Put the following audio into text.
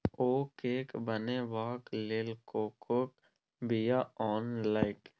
ओ cake बनेबाक लेल कोकोक बीया आनलकै